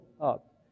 up